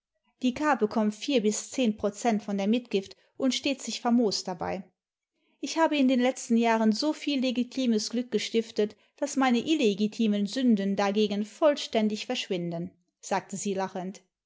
die gabe kommt bis zehn prozent von der mitgift und steht sich famos dabei ich habe in den letzten jahren so viel legitimes glück gestiftet daß meine illegitimen sünden dagegen vollständig verschwinden sagte sie lachend